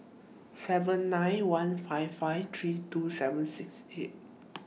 seven nine one five five three two seven six eight